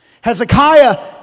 Hezekiah